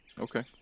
Okay